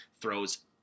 throws